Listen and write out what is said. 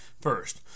first